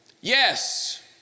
Yes